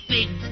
Big